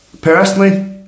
Personally